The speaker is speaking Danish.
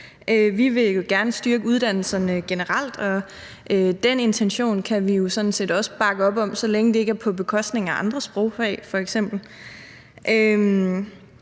vi vil jo gerne styrke uddannelserne generelt, og den intention kan vi jo sådan set også bakke op om, så længe det ikke er på bekostning af f.eks. andre sprogfag.